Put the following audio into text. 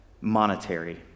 monetary